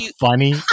funny